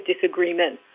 disagreement